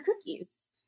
cookies